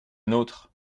nôtre